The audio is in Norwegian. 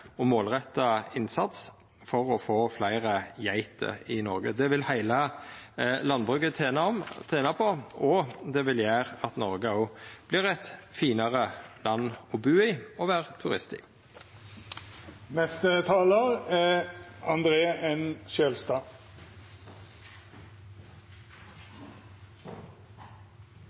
målretta innsats for å få fleire geiter i Noreg. Det vil heile landbruket tena på, og det vil gjera at Noreg vert eit finare land å bu i og å vera turist i. Det er